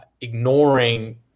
ignoring